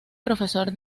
profesor